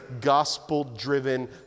Gospel-driven